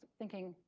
thinking,